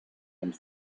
and